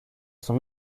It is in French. son